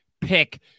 pick